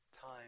time